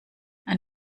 ein